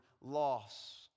loss